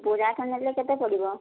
ପୂରାଟା ନେଲେ କେତେ ପଡ଼ିବ